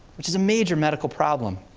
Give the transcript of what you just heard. which is a major medical problem.